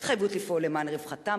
התחייבות לפעול למען רווחתם,